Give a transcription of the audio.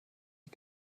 die